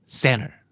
center